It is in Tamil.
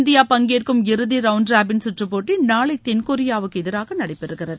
இந்தியா பங்கேற்கும் இறுதி ரவுண்ட் ராபின் சுற்றுப் போட்டி நாளை தென்கொரியாவுக்கு எதிராக நடைபெறுகிறது